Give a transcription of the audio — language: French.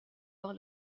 par